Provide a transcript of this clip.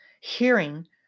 hearing